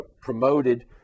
promoted